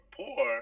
poor